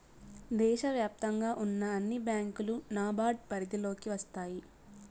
దేశ వ్యాప్తంగా ఉన్న అన్ని బ్యాంకులు నాబార్డ్ పరిధిలోకి వస్తాయి